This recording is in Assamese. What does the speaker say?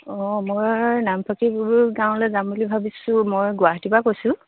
অঁ মই নামফাকে গাঁৱলৈ যাম বুলি ভাবিছোঁ মই গুৱাহাটীৰ পৰা কৈছোঁ